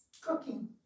Cooking